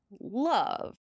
love